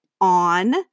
on